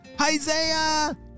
Isaiah